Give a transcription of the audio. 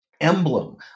emblem